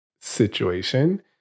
situation